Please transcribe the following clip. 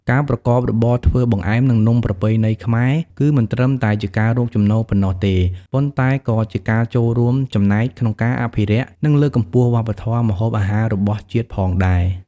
ការប្រកបរបរធ្វើបង្អែម និងនំប្រពៃណីខ្មែរ គឺមិនត្រឹមតែជាការរកចំណូលប៉ុណ្ណោះទេ ប៉ុន្តែក៏ជាការចូលរួមចំណែកក្នុងការអភិរក្ស និងលើកកម្ពស់វប្បធម៌ម្ហូបអាហាររបស់ជាតិផងដែរ។